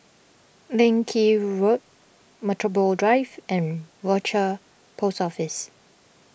Leng Kee Road Metropole Drive and Rochor Post Office